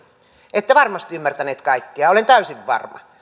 ette varmasti ymmärtäneet kaikkea olen täysin varma